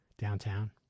downtown